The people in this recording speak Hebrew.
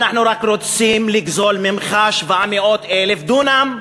אנחנו רק רוצים לגזול ממך 700,000 דונם,